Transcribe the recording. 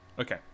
okay